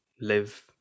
live